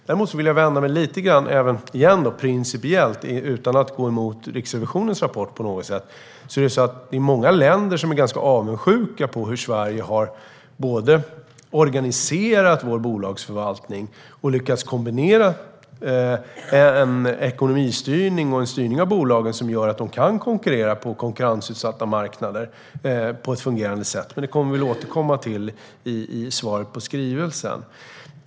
Däremot vill jag igen, principiellt, säga följande utan att gå emot Riksrevisionens rapport. Många länder är avundsjuka på hur vi i Sverige har organiserat vår bolagsförvaltning och lyckats kombinera en ekonomistyrning och annan styrning av bolagen som gör att de på ett fungerande sätt kan konkurrera på konkurrensutsatta marknader. Det kommer vi att återkomma till i svaret på skrivelsen.